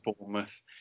Bournemouth